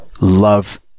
love